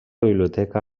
biblioteca